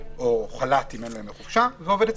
או חל"ת אם אין לו ימי חופשה ועובד בוועדת